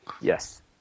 Yes